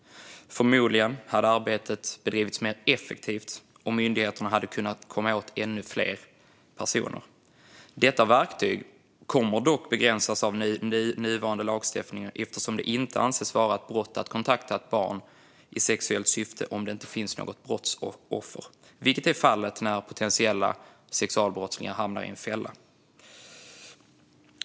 Förmodligen hade arbetet bedrivits mer effektivt, och myndigheterna hade kunnat komma åt ännu fler personer. Detta verktyg kommer dock att begränsas av nuvarande lagstiftning eftersom det inte anses vara ett brott att kontakta ett barn i sexuellt syfte om det inte finns något brottsoffer, vilket är fallet när potentiella sexualbrottslingar hamnar i en fälla.